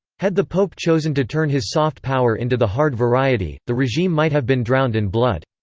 had the pope chosen to turn his soft power into the hard variety, the regime might have been drowned in blood.